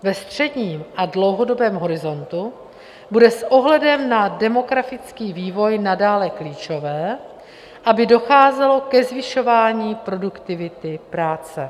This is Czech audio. Ve středním a dlouhodobém horizontu bude s ohledem na demografický vývoj nadále klíčové, aby docházelo ke zvyšování produktivity práce.